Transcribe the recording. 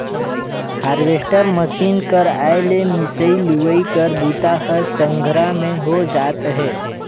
harvester machine कर आए ले मिंसई, लुवई कर बूता ह संघरा में हो जात अहे